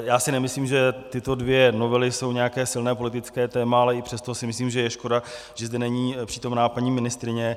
Já si nemyslím, že tyto dvě novely jsou nějaké silné politické téma, ale přesto si myslím, že je škoda, že zde není přítomna paní ministryně.